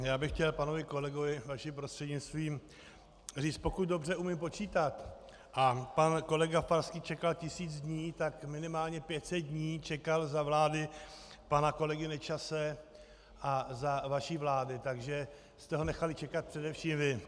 Já bych chtěl panu kolegovi vaším prostřednictvím říct pokud umím dobře počítat a pan kolega Farský čekal tisíc dní, tak minimálně pět set dní čekal za vlády pana kolegy Nečase a za vaší vlády, takže jste ho nechali čekat především vy.